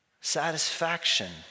satisfaction